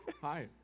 Hi